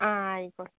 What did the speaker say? ആ ആയിക്കോട്ടെ